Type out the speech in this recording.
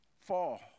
fall